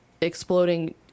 exploding